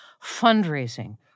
fundraising